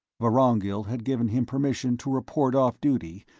vorongil had given him permission to report off duty,